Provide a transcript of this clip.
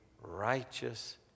righteous